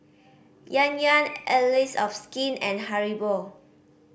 Yan Yan Allies of Skin and Haribo